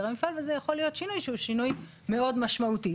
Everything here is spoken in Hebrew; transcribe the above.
המפעל וזה יכול להיות שינוי שהוא שינוי מאוד משמעותי.